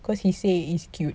cause he say it's cute